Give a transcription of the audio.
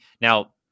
Now